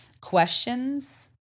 questions